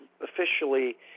officially